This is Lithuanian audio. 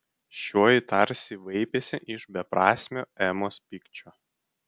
šioji tarsi vaipėsi iš beprasmio emos pykčio